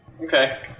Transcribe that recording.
Okay